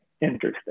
interesting